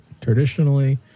traditionally